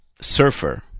surfer